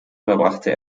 verbrachte